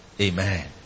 Amen